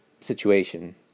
situation